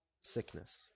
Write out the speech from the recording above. sickness